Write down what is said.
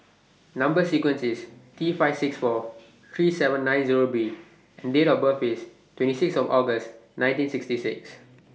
Number sequence IS T five six four three seven nine Zero B and Date of birth IS twenty six of August nineteen sixty six